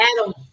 Adam